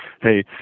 Hey